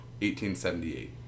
1878